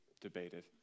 debated